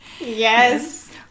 Yes